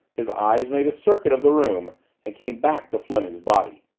his eyes made a circuit of the room and came back to fleming's body.